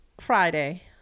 Friday